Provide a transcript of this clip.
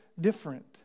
different